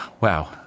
Wow